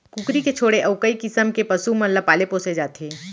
कुकरी के छोड़े अउ कई किसम के पसु मन ल पाले पोसे जाथे